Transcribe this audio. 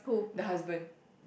the husband